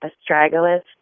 astragalus